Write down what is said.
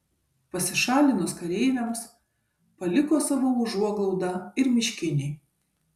pasišalinus kareiviams paliko savo užuoglaudą ir miškiniai